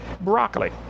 Broccoli